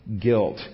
guilt